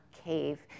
cave